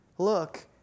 look